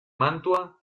mantua